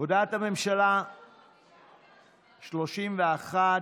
הודעת הממשלה בהתאם לסעיף 31(ב)